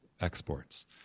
exports